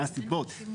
מה הסיבות.